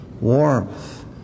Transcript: warmth